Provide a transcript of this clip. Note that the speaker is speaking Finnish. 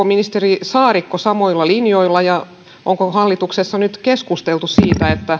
ministeri saarikko samoilla linjoilla ja onko hallituksessa nyt keskusteltu siitä